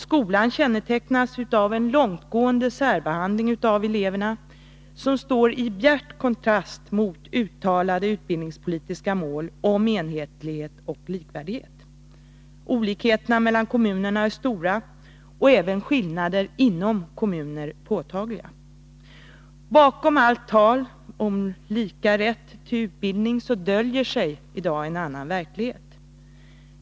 Skolan kännetecknas i dag tvärtom av en långtgående särbehandling av eleverna, som står i bjärt kontrast mot uttalade utbildningspolitiska mål om enhetlighet och likvärdighet. Olikheterna mellan kommunerna är stora, och även skillnader inom kommuner är påtagliga. Bakom allt tal om lika rätt till utbildning döljer sig i dag en annan verklighet.